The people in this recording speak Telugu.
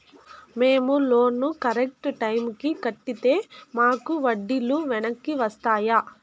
మేము లోను కరెక్టు టైముకి కట్టితే మాకు వడ్డీ లు వెనక్కి వస్తాయా?